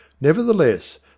Nevertheless